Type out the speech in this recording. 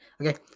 Okay